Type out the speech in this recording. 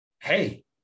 hey